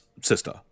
sister